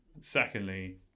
Secondly